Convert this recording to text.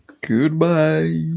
goodbye